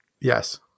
Yes